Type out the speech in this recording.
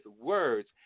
words